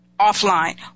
offline